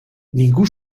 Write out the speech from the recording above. ningú